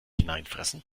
hineinfressen